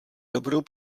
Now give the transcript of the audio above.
dobrou